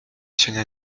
cienia